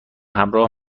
همراه